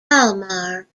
kalmar